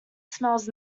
smells